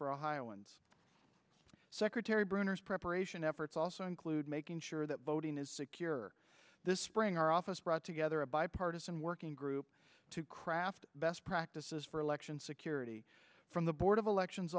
for ohioans secretary brunner's preparation efforts also include making sure that voting is secure this spring our office brought together a bipartisan working group to craft best practices for election security from the board of elections